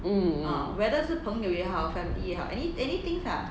mm mm